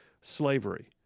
slavery